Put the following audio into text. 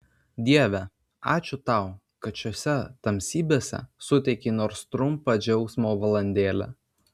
dieve ačiū tau kad šiose tamsybėse suteikei nors trumpą džiaugsmo valandėlę